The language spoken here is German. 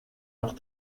noch